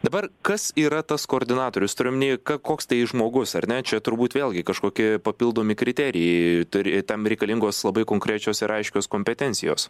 dabar kas yra tas koordinatorius turiu omeny ką koks tai žmogus ar ne čia turbūt vėlgi kažkokie papildomi kriterijai turi tam reikalingos labai konkrečios ir aiškios kompetencijos